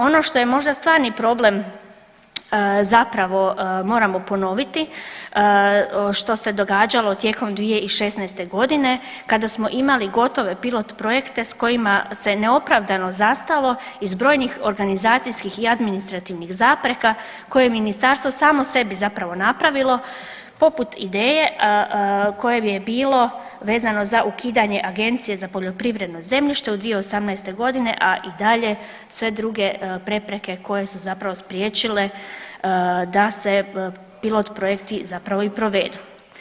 Ono što je možda stvarni problem zapravo moramo ponoviti što se događalo tijekom 2016. godine kada smo imali gotove pilot projekte sa kojima se neopravdano zastalo iz brojnih organizacijskih i administrativnih zapreka koje je ministarstvo samo sebi zapravo napravilo poput ideje koje je bilo vezano za ukidanje Agencije za poljoprivredno zemljište 2018. godine, a i dalje sve druge prepreke koje su zapravo spriječile da se pilot projekti zapravo i provedu.